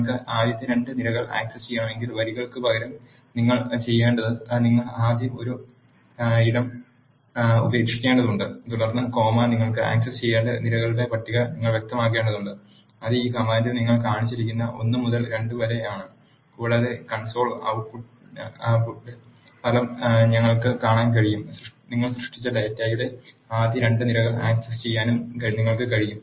നിങ്ങൾക്ക് ആദ്യത്തെ 2 നിരകൾ ആക്സസ് ചെയ്യണമെങ്കിൽ വരികൾക്കുപകരം നിങ്ങൾ ചെയ്യേണ്ടത് നിങ്ങൾ ആദ്യം ഒരു ഇടം ഉപേക്ഷിക്കേണ്ടതുണ്ട് തുടർന്ന് കോമ നിങ്ങൾ ആക് സസ് ചെയ്യേണ്ട നിരകളുടെ പട്ടിക നിങ്ങൾ വ്യക്തമാക്കേണ്ടതുണ്ട് അത് ഈ കമാൻഡിൽ ഇവിടെ കാണിച്ചിരിക്കുന്ന ഒന്ന് മുതൽ 2 വരെ ആണ് കൂടാതെ കൺസോൾ output ട്ട് പുട്ടിൽ ഫലം ഞങ്ങൾക്ക് കാണാൻ കഴിയും നിങ്ങൾ സൃഷ്ടിച്ച ഡാറ്റയുടെ ആദ്യ 2 നിരകൾ ആക്സസ് ചെയ്യാൻ നിങ്ങൾക്ക് കഴിയും